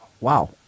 Wow